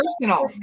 personal